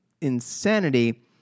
insanity